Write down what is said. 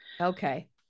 okay